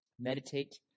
meditate